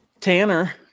Tanner